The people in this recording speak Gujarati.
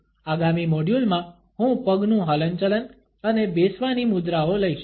આગામી મોડ્યુલમાં હું પગનું હલનચલન અને બેસવાની મુદ્રાઓ લઈશ